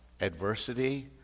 adversity